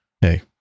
Hey